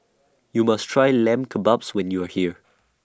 YOU must Try Lamb Kebabs when YOU Are here